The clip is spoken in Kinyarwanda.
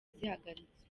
zihagaritswe